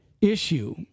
issue